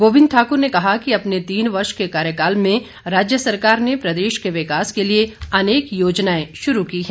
गोविंद ठाकुर ने कहा कि अपने तीन वर्ष के कार्यकाल में राज्य सरकार ने प्रदेश के विकास के लिए अनेक योजनाएं शुरू की है